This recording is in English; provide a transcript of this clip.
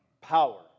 Power